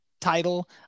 title